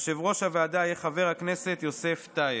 יושב-ראש הוועדה יהיה חבר הכנסת יוסף טייב.